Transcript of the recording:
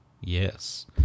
yes